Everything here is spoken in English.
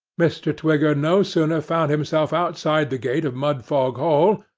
mr. twigger no sooner found himself outside the gate of mudfog hall,